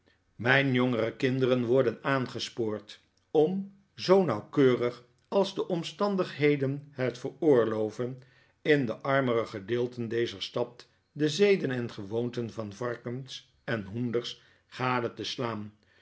mijn jongere kinderen worden aangespoord om zoo nauwkeurig als de omstandigheden het veroorloven in de armere gedeelten dezer stad de zeden en gewoonten van varkens en hoenders gade te slaan